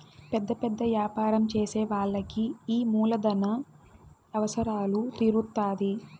పెద్ద పెద్ద యాపారం చేసే వాళ్ళకి ఈ మూలధన అవసరాలు తీరుత్తాధి